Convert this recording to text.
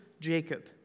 Jacob